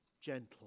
gentle